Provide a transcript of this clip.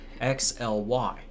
X-L-Y